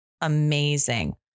Amazing